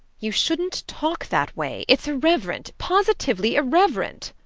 you shouldn't talk that way. it's irreverent positively irreverent.